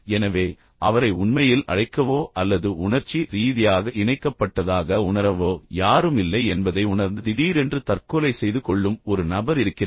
எனவே அவரை உண்மையில் அழைக்கவோ அல்லது உணர்ச்சி ரீதியாக இணைக்கப்பட்டதாக உணரவோ யாரும் இல்லை என்பதை உணர்ந்து திடீரென்று தற்கொலை செய்து கொள்ளும் ஒரு நபர் இருக்கிறார்